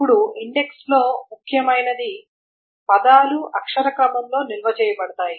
ఇప్పుడు ఇండెక్స్ లో కూడా ముఖ్యమైనది పదాలు అక్షర క్రమంలో నిల్వ చేయబడతాయి